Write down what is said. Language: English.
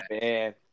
man